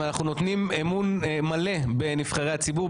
ואנחנו נותנים אמון מלא בנבחרי הציבור,